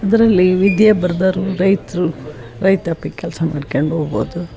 ಅದರಲ್ಲಿ ವಿದ್ಯೆ ಬರ್ದೋರು ರೈತರು ರೈತಾಪಿ ಕೆಲಸ ಮಾಡ್ಕಂಡ್ ಹೋಗ್ಬೋದು